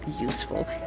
useful